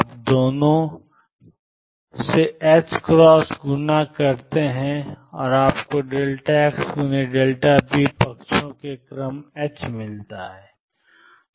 आप दोनों से गुणा करते हैं xp पक्षों के क्रम मिलता है